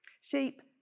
Sheep